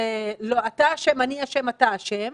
של: לא, אתה אשם, אני אשם, אתה אשם.